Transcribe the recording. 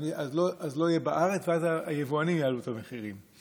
אז לא יהיה בארץ, ואז היבואנים יעלו את המחירים.